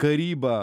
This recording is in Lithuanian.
karybą